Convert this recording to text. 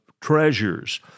treasures